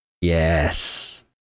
yes